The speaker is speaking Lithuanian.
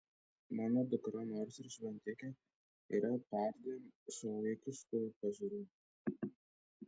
mano dukra nors ir šventikė yra perdėm šiuolaikiškų pažiūrų